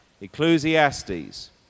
Ecclesiastes